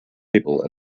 table